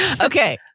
Okay